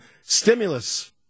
stimulus